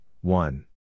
one